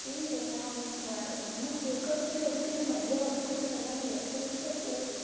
ಇಲ್ಲ ರಿ ನಾವು ಈ ವಯ ನಿಮ್ಗೆ ಬೇಕಾದಷ್ಟು ಅದಕ್ಕೆ ನೀವು ಮೊದ್ಲೇ ಆರ್ಡ್ರ್ ಕೊಟ್ಟಿರಲ್ಲಾ ನೀವು ಎಷ್ಟು ಬೇಕಂತ ಅಷ್ಟು ಒಯ್ಯಿರಿ